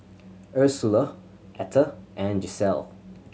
Ursula Etter and Gisele